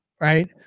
right